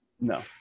no